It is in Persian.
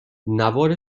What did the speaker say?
نوار